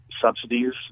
subsidies